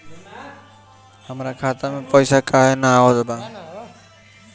हमरा खाता में पइसा काहे ना आवत बा?